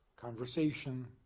conversation